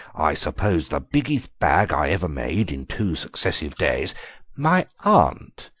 i suppose the biggest bag i ever made in two successive days my aunt,